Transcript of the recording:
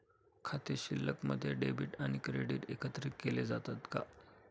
खाते शिल्लकमध्ये डेबिट आणि क्रेडिट एकत्रित केले जातात का?